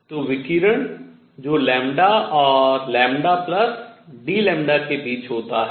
तो विकिरण जो λ और λ Δλ के बीच होता है